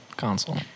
console